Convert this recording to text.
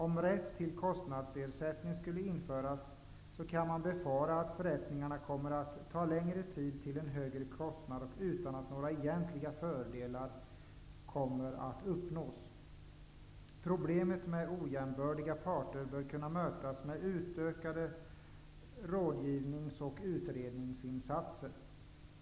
Om rätt till kostnadsersättning skulle införas, kan man befara att förrättningarna kommer att ta längre tid till en högre kostnad utan att några egentliga fördelar uppnås. Problemet med ojämbördiga parter bör kunna mötas med utökade rådgivnings och utredningsinsatser.